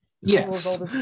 Yes